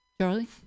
Charlie